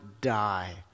die